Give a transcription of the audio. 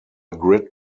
grid